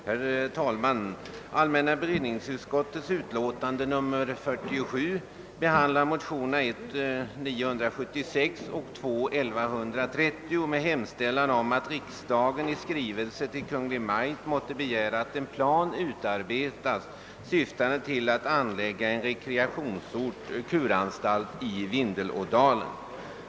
Herr talman! Allmänna beredningsutskottets utlåtande nr 47 behandlar motionerna I:976 och II: 1130 med hemställan om »att riksdagen i skrivelse till Kungl. Maj:t måtte begära, att en plan utarbetas, syftande till att anlägga rekreationsort—kuranstalt i Vindelådalen«.